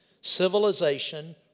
civilization